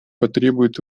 потребует